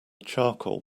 charcoal